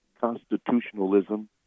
constitutionalism